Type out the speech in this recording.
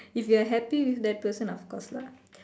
if you're happy with that person of course lah